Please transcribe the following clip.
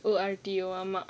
O R T O